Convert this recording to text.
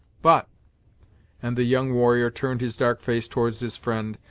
but and the young warrior turned his dark face towards his friend,